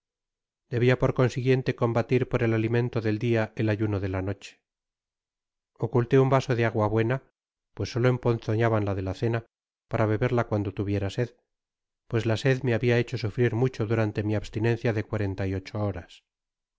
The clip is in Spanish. debia por consiguiente combatir por el alimento del dia el ayuno de la noche oculté un vaso de agua buena pues solo emponzoñaban la de la cena para beberia cuando tuviera sed pues la sed me habia hecho sufrir mucho durante mi abstinencia de cuarenta y ocho horas